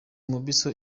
mobisol